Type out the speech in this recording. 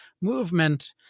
movement